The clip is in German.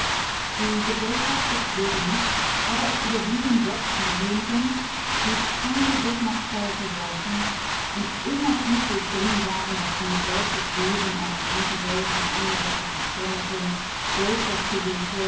die gesellschaft ist sehr gemischt aber es überwiegen doch diejenigen die keine bismarckfeier versäumten und immer tief durchdrungen waren daß nur deutsches wesen eine kranke welt von angelsächsischem krämertum welscher